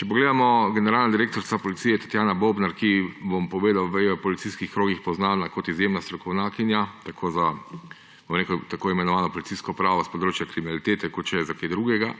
Če pogledamo, generalna direktorica Policije Tatjana Bobnar je v policijskih krogih poznana kot izjemna strokovnjakinja, tako za tako imenovano policijsko pravo s področja kriminalitete kot še za kaj drugega,